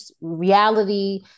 reality